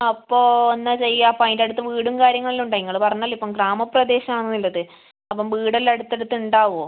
അപ്പോൾ എന്നാൽ ചെയ്യുക അപ്പോൾ അതിൻ്റെ അടുത്ത് വീടും കാര്യങ്ങളെല്ലാം ഉണ്ടോ നിങ്ങൾ പറഞ്ഞല്ലോ ഇപ്പോൾ ഗ്രാമപ്രദേശം ആണ് ഉള്ളത് അപ്പോൾ വീട് എല്ലാം അടുത്ത് അടുത്ത് ഉണ്ടാവുമോ